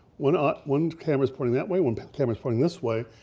one ah one camera is pointing that way, one camera is pointing this way.